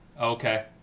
Okay